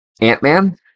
Ant-Man